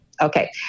Okay